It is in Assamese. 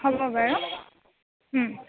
হ'ব বাৰু